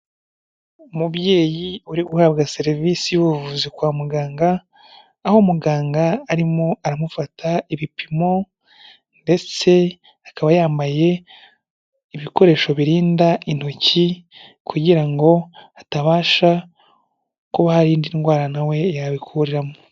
Umubyeyi uri guhabwa serivisi y'ubuvuzi kwa muganga, aho muganga arimo aramufata ibipimo ndetse akaba yambaye ibikoresho birinda intoki kugira ngo hatabasha kuba hari ndwara nawe yabikuriramo.